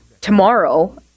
tomorrow